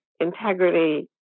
integrity